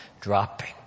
dropping